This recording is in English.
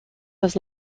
was